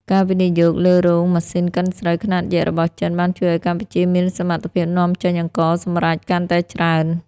ការវិនិយោគលើរោងម៉ាស៊ីនកិនស្រូវខ្នាតយក្សរបស់ចិន បានជួយឱ្យកម្ពុជាមានសមត្ថភាពនាំចេញអង្ករសម្រេចកាន់តែច្រើន។